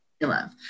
love